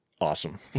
awesome